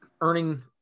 earning